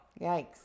Yikes